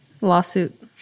Lawsuit